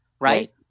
Right